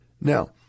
Now